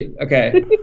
Okay